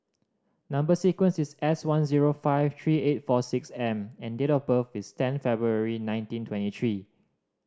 number sequence is S one zero five three eight four six M and date of birth is ten February nineteen twenty three